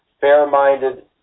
fair-minded